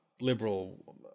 liberal